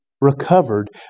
recovered